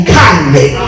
kindly